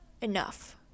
enough